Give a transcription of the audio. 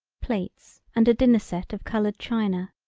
plates and a dinner set of colored china.